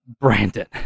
brandon